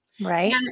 right